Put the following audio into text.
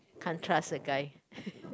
can't trust a guy